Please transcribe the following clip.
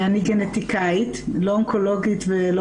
אני גנטיקאית, לא אונקולוגית ולא